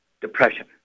depression